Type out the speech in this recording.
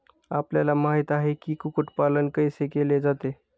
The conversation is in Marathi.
आपल्याला माहित आहे की, कुक्कुट पालन कैसे केले जाते?